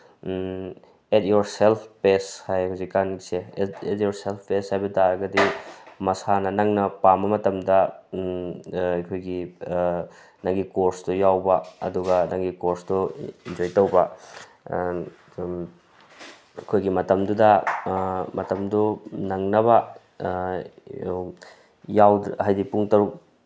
eight yourself pace ꯍꯥꯏ ꯍꯧꯖꯤꯛꯀꯥꯟꯁꯦ at yourself pace ꯍꯥꯏꯕ ꯇꯥꯔꯒꯗꯤ ꯃꯁꯥꯅ ꯅꯪꯅ ꯄꯥꯝꯕ ꯃꯇꯝꯗ ꯑꯩꯈꯣꯏꯒꯤ ꯅꯪꯒꯤ ꯀꯣꯔꯁꯇꯣ ꯌꯥꯎꯕ ꯑꯗꯨꯒ ꯅꯪꯒꯤ ꯀꯣꯔꯁꯇꯣ ꯑꯦꯟꯖꯣꯏ ꯇꯧꯕ ꯁꯨꯝ ꯑꯩꯈꯣꯏꯒꯤ ꯃꯇꯝꯗꯨꯗ ꯃꯇꯝꯗꯨ ꯅꯪꯅꯕ ꯍꯥꯏꯗꯤ ꯄꯨꯡ ꯇꯔꯨꯛ